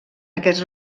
aquest